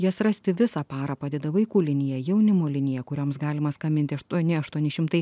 jas rasti visą parą padeda vaikų linija jaunimo linija kurioms galima skambinti aštuoni aštuoni šimtai